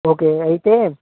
okay అయితే